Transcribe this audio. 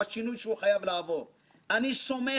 והשקעתם לילות כימים בוועדה,